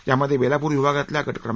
यामध्ये बेलापूर विभागातल्या गट क्र